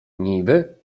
niby